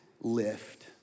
lift